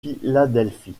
philadelphie